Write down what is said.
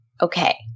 okay